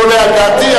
ולא עולה על דעתי,